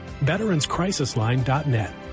VeteransCrisisLine.net